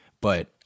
but-